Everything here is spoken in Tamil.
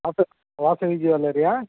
வாச வாசுகி ஜுவல்லரியா